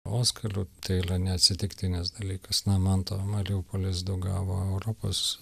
oskaru tai yra neatsitiktinis dalykas na manto mariupolis du gavo europos